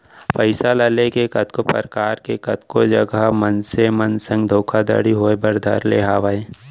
पइसा ल लेके कतको परकार के कतको जघा मनसे मन संग धोखाघड़ी होय बर धर ले हावय